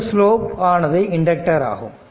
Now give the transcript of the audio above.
இந்த ஸ்லோப் ஆனது இண்டக்டர் ஆகும்